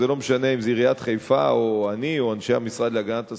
וזה לא משנה אם זה עיריית חיפה או אני או אנשי המשרד להגנת הסביבה.